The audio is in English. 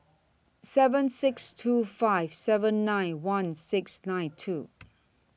seven six two five seven nine one six nine two